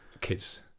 Kids